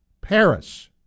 Paris